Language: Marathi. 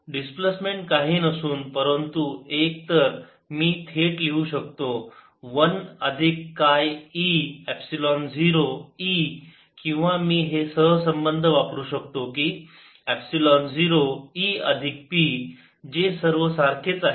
डिस्प्लेसमेंट काही नसून परंतु एक तर मी थेट लिहू शकतो 1 अधिक काय e एपसिलोन 0 E किंवा मी हे सहसंबंध वापरू शकतो की एपसिलोन 0 E अधिक p जे सर्व सारखेच आहे